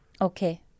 Okay